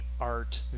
art